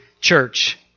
church